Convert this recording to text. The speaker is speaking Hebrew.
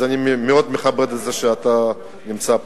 אז אני מאוד מכבד את זה שאתה נמצא פה.